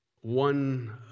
one